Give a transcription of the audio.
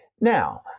now